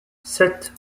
sept